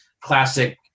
classic